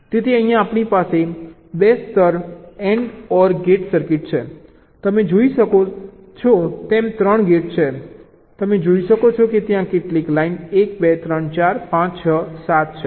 તેથી અહીં આપણી પાસે 2 સ્તર AND OR સર્કિટ છે તમે જોઈ શકો છો તેમ 3 ગેટ છે તમે જોઈ શકો છો કે ત્યાં કેટલી લાઇન 1 2 3 4 5 6 7 છે